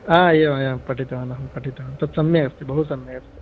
हा एवम् एवम् एवं पठितवानहं पठितवान् सम्यगस्ति बहु सम्यगस्ति